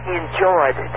enjoyed